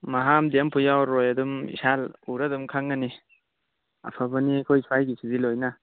ꯃꯍꯥꯝꯗꯤ ꯑꯃ ꯐꯥꯎ ꯌꯥꯎꯔꯔꯣꯏ ꯑꯗꯨꯝ ꯏꯁꯥ ꯎꯔ ꯑꯗꯨꯝ ꯈꯪꯒꯅꯤ ꯑꯐꯕꯅꯤ ꯑꯩꯈꯣꯏ ꯁ꯭ꯋꯥꯏꯁꯤꯗꯤ ꯂꯣꯏꯅ